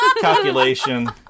calculation